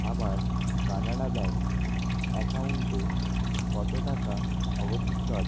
আমার কানাড়া ব্যাঙ্ক অ্যাকাউন্টে কত টাকা অবশিষ্ট আছে